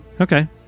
Okay